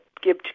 give